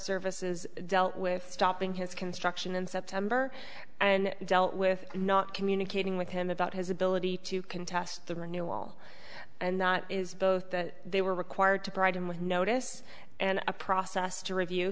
service is dealt with stopping his construction in september and dealt with not communicating with him about his ability to contest the renewal and that is both that they were required to provide him with notice and a process to review